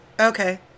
Okay